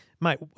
Mate